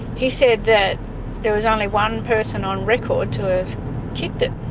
he said that there was only one person on record to have kicked it,